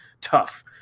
tough